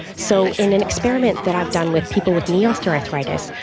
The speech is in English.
so in an experiment that i've done with people with knee osteoarthritis,